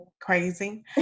crazy